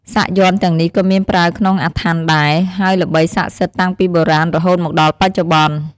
សាក់យ័ន្តទាំងនេះក៏មានប្រើក្នុងអាថ័ន្តដែរ ហើយល្បីស័ក្តិសិទ្ធតាំងពីបុរាណរហូតមកដល់បច្ចុប្បន្ន។